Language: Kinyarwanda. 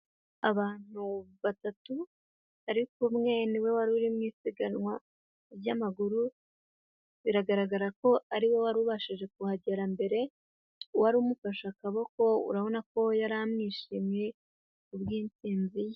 Abantu batatu ariko umwe niwe wari uri mu isiganwa ry'amaguru, biragaragara ko ari we wari ubashije kuhagera mbere, uwari umufashe akaboko urabona ko yari amwishimiye kubw'intsinzi ye.